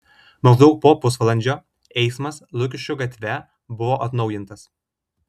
maždaug po pusvalandžio eismas lukiškių gatve buvo atnaujintas